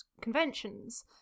conventions